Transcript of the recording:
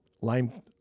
Lime